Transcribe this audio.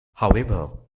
however